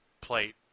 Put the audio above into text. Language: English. plate